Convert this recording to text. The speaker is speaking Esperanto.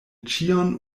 ĉion